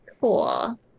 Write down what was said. Cool